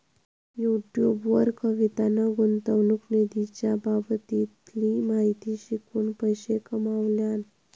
YouTube वर कवितान गुंतवणूक निधीच्या बाबतीतली माहिती शिकवून पैशे कमावल्यान